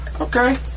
Okay